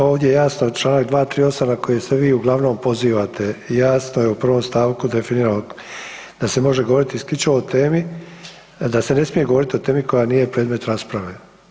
Ovdje je jasno, čl. 238. na koji ste vi uglavnom pozivate, jasno je u 1. stavku definirano da se može govoriti isključivo o temi, da se ne smije govoriti o temi koja nije predmet rasprave.